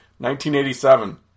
1987